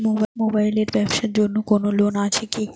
Mobile এর ব্যাবসার জন্য কোন লোন আছে কি?